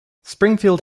springfield